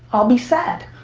i'll be sad.